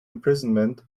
imprisonment